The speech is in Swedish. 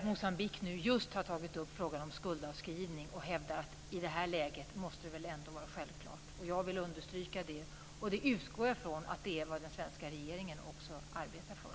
Moçambique har nu tagit upp just frågan om skuldavskrivning och hävdar att detta i det här läget ändå måste vara självklart. Jag vill understryka det. Jag utgår också från att det är vad den svenska regeringen arbetar för.